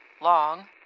long